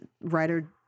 writer